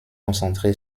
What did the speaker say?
concentré